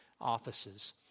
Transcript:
offices